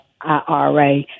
IRA